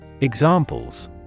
Examples